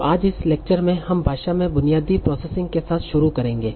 तो आज इस लेक्चर में हम भाषा में बुनियादी प्रोसेसिंग के साथ शुरू करेंगे